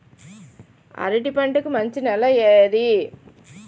అరటి పంట కి మంచి నెల ఏది?